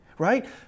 Right